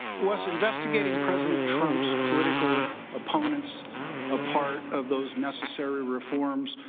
was investigating president trump political opponents a part of those necessary reforms?